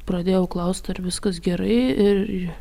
pradėjau klaust ar viskas gerai ir